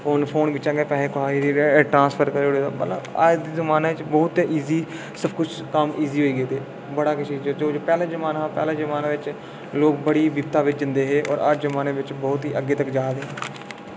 हून फोन बिचा गै पैहे कुसै गी ट्रासंफर करी उड़े मतलब अज्ज जमाने च बहुत इजी सब कुछ कम्म इजी होई गेदे बड़ा केश इजी होइ गेदा जो किश पैह्ला जमाना पैह्लै जमाने बिच लोक बड़ी बिपता बिच जंदे हे अज्ज जमाने बेज बोह्त ई अग्गे तक जा दे न